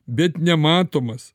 bet nematomas